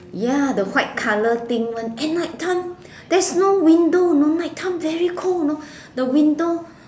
ya the white color thing one and night time there's no window you know night time very cold you know the window